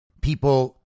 People